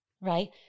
right